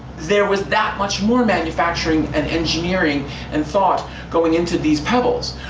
there was that much more manufacturing and engineering and thought going into these pebbles,